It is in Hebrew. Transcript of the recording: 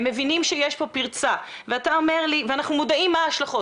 הן מבינות שיש כאן פרצה ואנחנו מודעים להשלכות